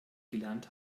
gelernt